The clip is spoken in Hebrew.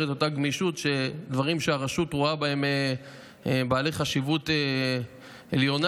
את אותה גמישות לדברים שהרשות רואה בהם חשיבות עליונה.